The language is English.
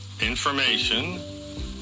information